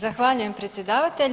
Zahvaljujem predsjedavatelju.